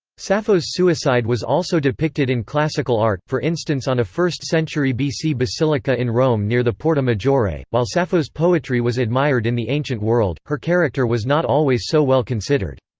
sappho's suicide was also depicted in classical art, for instance on a first-century bc basilica in rome near the porta maggiore while sappho's poetry was admired in the ancient world, her character was not always so well considered.